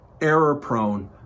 error-prone